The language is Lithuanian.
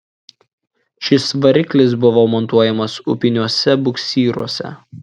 šis variklis buvo montuojamas upiniuose buksyruose